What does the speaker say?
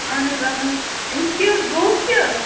اَہن حظ اَہَن حظ أمِس کیٛاہ حظ گوٚوُس کیٛاہ حظ